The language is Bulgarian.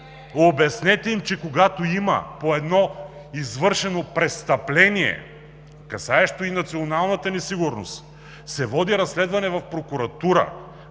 обяснете им, че когато има извършено престъпление, касаещо и националната ни сигурност, се води разследване в прокуратурата,